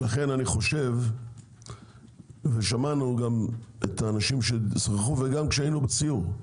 ולכן אני חושב ושמענו גם את האנשים ששוחחו וגם כשהיינו בסיור,